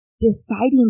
deciding